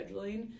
scheduling